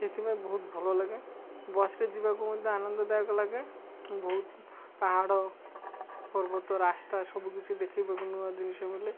ସେଥିପାଇଁ ବହୁତ ଭଲ ଲାଗେ ବସ୍ରେ ଯିବାକୁ ମଧ୍ୟ ଆନନ୍ଦଦାୟକ ଲାଗେ ବହୁତ ପାହାଡ଼ ପର୍ବତ ରାସ୍ତା ସବୁକିଛି ଦେଖାଇବାକୁ ନୂଆ ଜିନିଷ ମିିଳେ